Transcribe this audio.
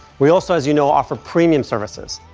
we also, as you know, offer premium services.